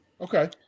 Okay